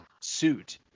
suit